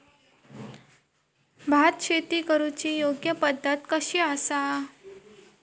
भात शेती करुची योग्य पद्धत कशी आसा?